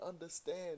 understand